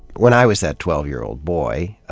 when i was that twelve year old boy,